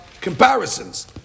comparisons